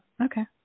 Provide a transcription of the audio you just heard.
okay